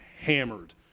hammered